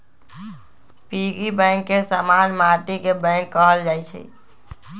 piggy bank के समान्य माटिके बैंक कहल जाइ छइ